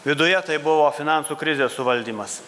viduje tai buvo finansų krizės suvaldymas